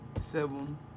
seven